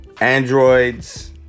Androids